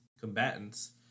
Combatants